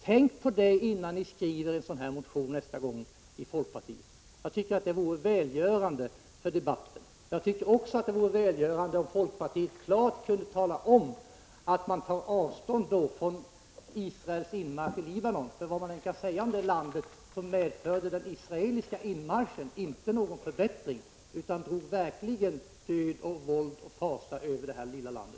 Tänk på det i folkpartiet innan ni nästa gång skriver en sådan här motion. Det vore välgörande för debatten. Det vore också välgörande om folkpartiet klart talade om att ni tar avstånd från Israels inmarsch i Libanon. Vad man än kan säga om det landet så medförde den israeliska inmarschen inte någon förbättring utan drog verkligen död och våld och fasa över detta lilla land.